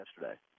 yesterday